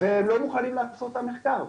והם לא מוכנים לעשות את המחקר.